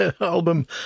album